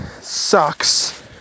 sucks